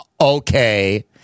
okay